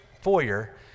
foyer